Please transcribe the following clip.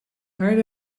heard